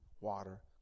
water